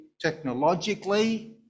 technologically